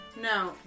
No